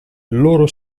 loro